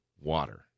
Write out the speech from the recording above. water